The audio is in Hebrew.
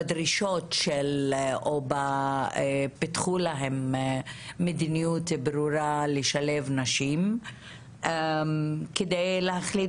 בדרישות או פיתחו להם מדיניות ברורה לשלב נשים כדי להחליט